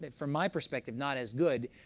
but from my perspective, not as good,